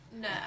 No